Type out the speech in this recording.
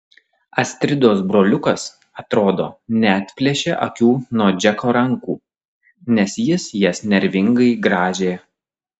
astridos broliukas atrodo neatplėšė akių nuo džeko rankų nes jis jas nervingai grąžė